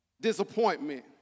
disappointment